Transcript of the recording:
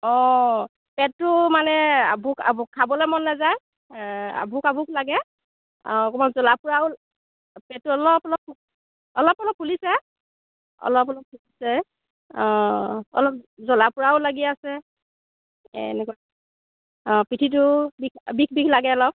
পেটটো মানে আভোক আভোক খাবলৈ মন নাযায় আভোক আভোক লাগে আৰু অকণমান জ্বলা পোৰাও পেটটো অলপ অলপ অলপ অলপ ফুলিছে অলপ অলপ ফুলিছে অলপ জ্বলা পোৰাও লাগি আছে এনেকুৱা অ পিঠিটো বিষ বিষ লাগে অলপ